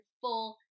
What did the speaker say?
full